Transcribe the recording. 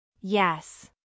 Yes